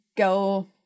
go